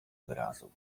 wyrazu